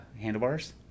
handlebars